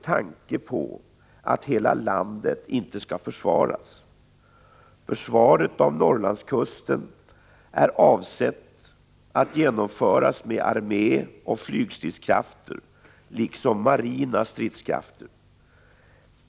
I en artikel i Svenska Dagbladet den 5 november 1985 säger konteramiral Claes Tornberg: ”Vi har för få enheter.